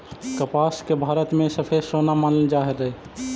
कपास के भारत में सफेद सोना मानल जा हलई